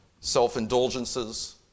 self-indulgences